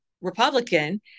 Republican